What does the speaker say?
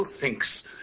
thinks